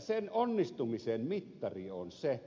sen onnistumisen mittari on se